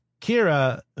Kira